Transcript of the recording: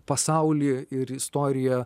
pasaulį ir istoriją